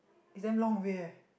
it's damn long away eh